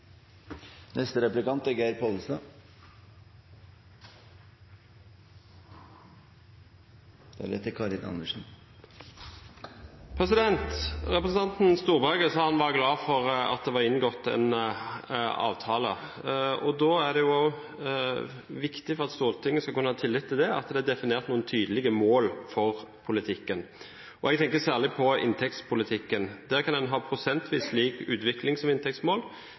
Representanten Storberget sa han var glad for at det var inngått en avtale. Da er det også viktig, for at Stortinget skal kunne ha tillit til det, at det er definert noen tydelige mål for politikken. Jeg tenker særlig på inntektspolitikken. Der kan en ha prosentvis lik utvikling som inntektsmål,